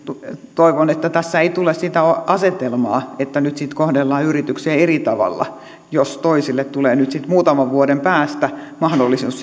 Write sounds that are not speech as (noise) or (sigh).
toivon että tässä ei tule sitä asetelmaa että nyt sitten kohdellaan yrityksiä eri tavalla jos toisille tulee sitten muutaman vuoden päästä mahdollisuus (unintelligible)